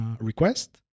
request